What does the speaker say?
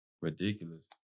Ridiculous